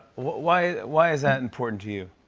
why why is that important to you?